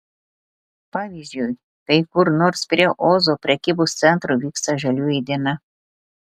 pavyzdžiui kai kur nors prie ozo prekybos centro vyksta žalioji diena